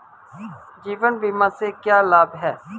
जीवन बीमा से क्या लाभ हैं?